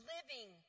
Living